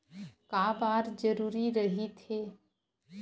का बार जरूरी रहि थे?